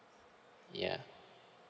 yeah